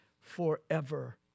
forever